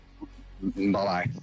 Bye-bye